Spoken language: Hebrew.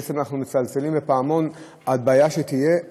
בעצם אנחנו מצלצלים בפעמון על בעיה שתהיה,